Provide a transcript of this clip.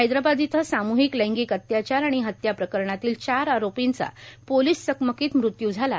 हैदराबाद इथं साम्हिक लैंगिक अत्याचार आणि हत्या प्रकरणातल्या चार आरोपींचा पोलिस चकमकीत मृत्यू झाला